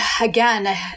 again